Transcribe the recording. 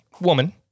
woman